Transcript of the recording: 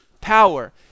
Power